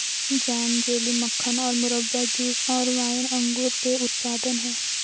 jam, jelly, मक्खन और मुरब्बा, जूस और वाइन अंगूर के उत्पाद हैं